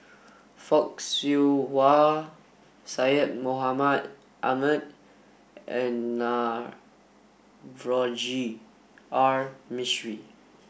Fock Siew Wah Syed Mohamed Ahmed and Navroji R Mistri